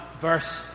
verse